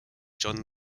john